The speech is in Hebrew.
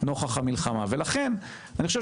הוא נותן